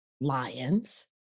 lions